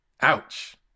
Ouch